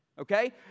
Okay